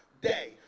day